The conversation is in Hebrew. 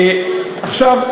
עכשיו,